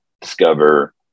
Discover